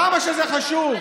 כמה שזה חשוב,